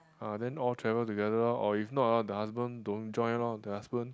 uh then all travel together lor or if not hor the husband don't join lor the husband